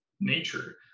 nature